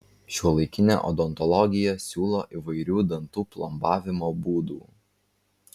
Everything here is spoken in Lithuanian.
šiuolaikinė odontologija siūlo įvairių dantų plombavimo būdų